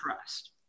trust